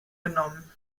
genommen